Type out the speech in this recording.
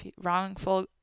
Wrongful